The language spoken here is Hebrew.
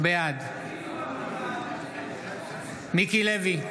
בעד מיקי לוי,